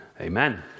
Amen